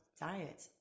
diet